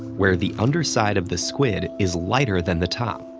where the underside of the squid is lighter than the top,